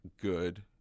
good